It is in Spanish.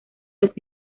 los